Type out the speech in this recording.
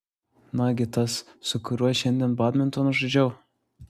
nagi tas su kuriuo šiandien badmintoną žaidžiau